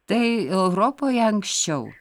tai europoje anksčiau